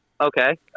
okay